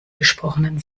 gesprochenen